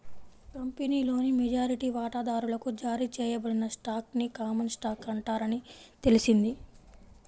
కంపెనీలోని మెజారిటీ వాటాదారులకు జారీ చేయబడిన స్టాక్ ని కామన్ స్టాక్ అంటారని తెలిసింది